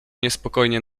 niespokojnie